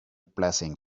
blessing